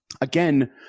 again